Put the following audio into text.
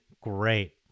great